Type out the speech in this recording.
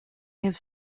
have